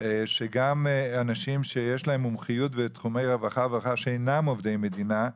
שגם אנשים שיש להם מומחיות בתחומי רווחה שאינם עובדי מדינה,